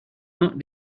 not